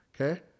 Okay